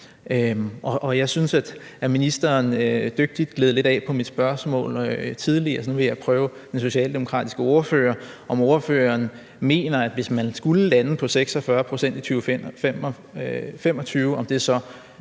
Jeg synes, at ministeren dygtigt gled lidt af på mit spørgsmål tidligere. Nu vil jeg prøve at spørge den socialdemokratiske ordfører, altså om ordføreren mener, at det, hvis man skulle lande på 46 pct. i 2025, så